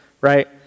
right